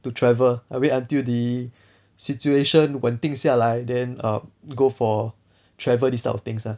to travel I'll wait until the situation 稳定下来 then err go for travel this type of things ah